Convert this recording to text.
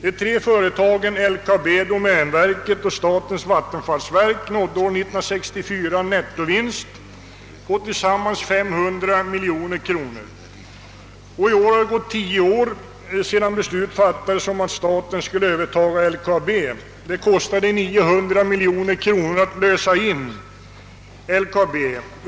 De tre företagen LKAB, domänverket och statens vattenfallsverk uppnådde 1964 nettovinster på tillsammans 500 miljoner kronor. I år har det gått tio år sedan beslut fattades om att staten skulle överta LKAB. Det kostade 900 miljoner kronor att lösa in bolaget.